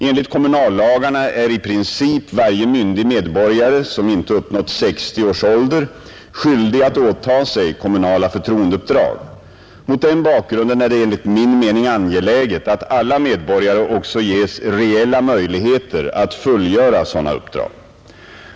Enligt kommunallagarna är i princip varje myndig medborgare, som inte uppnått sextio års ålder, skyldig att åta sig kommunala förtroendeuppdrag. Mot den bakgrunden är det enligt min mening angeläget att alla medborgare också ges reella möjligheter att fullgöra sådana uppdrag.